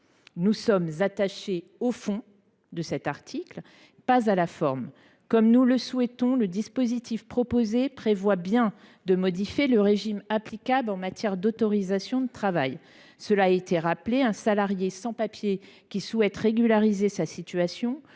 Nous sommes attachés au fond de cet article, pas à sa forme. Comme nous le souhaitons, le dispositif proposé prévoit bien de modifier le régime applicable en matière d’autorisation de travail. Comme cela a été rappelé, un salarié sans papiers qui souhaite régulariser sa situation